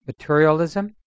Materialism